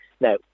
Now